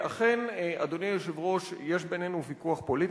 ואכן, אדוני היושב-ראש, יש בינינו ויכוח פוליטי.